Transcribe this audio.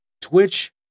Twitch